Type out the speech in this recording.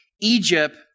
Egypt